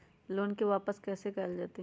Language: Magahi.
लोन के वापस कैसे कैल जतय?